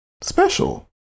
special